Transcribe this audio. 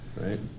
right